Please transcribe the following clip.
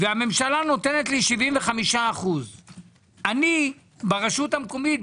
והממשלה נותנת לי 75%. אני ברשות המקומית,